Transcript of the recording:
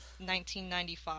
1995